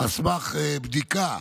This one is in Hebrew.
סמך בדיקה